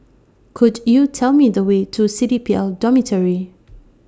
Could YOU Tell Me The Way to C D P L Dormitory